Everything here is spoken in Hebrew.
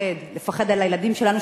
לפחד על הילדים שלנו,